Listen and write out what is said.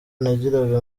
nagiraga